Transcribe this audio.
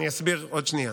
אני אסביר עוד שנייה.